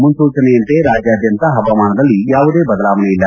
ಮುನ್ನೂಚನೆಯಂತೆ ರಾಜ್ಯಾದ್ಯಂತ ಹವಾಮಾನದಲ್ಲಿ ಯಾವುದೇ ಬದಲಾವಣೆ ಇಲ್ಲ